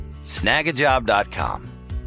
Snagajob.com